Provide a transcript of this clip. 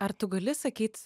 ar tu gali sakyt